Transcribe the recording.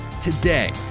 Today